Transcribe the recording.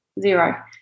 zero